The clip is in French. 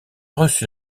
reçu